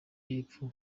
y’epfo